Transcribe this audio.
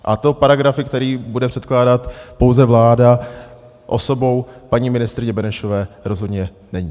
A to paragrafy, které bude předkládat pouze vláda osobou paní ministryně Benešové, rozhodně není.